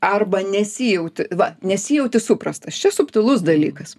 arba nesijauti va nesijauti suprastas čia subtilus dalykas